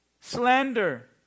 slander